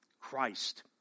Christ